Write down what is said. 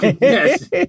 Yes